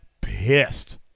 pissed